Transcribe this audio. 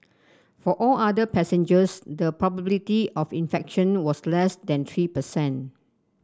for all other passengers the probability of infection was less than three per cent